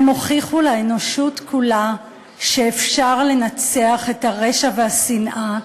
הם הוכיחו לאנושות כולה שאפשר לנצח את הרשע והשנאה,